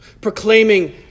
Proclaiming